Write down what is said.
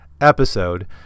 episode